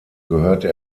gehörte